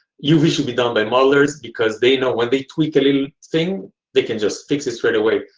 uv should be done by modelers because they know when they tweak a little thing they can just fix it straight away.